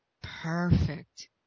Perfect